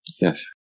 Yes